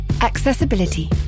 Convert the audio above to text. Accessibility